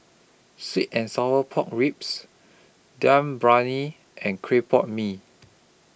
Sweet and Sour Pork Ribs Dum Briyani and Clay Pot Mee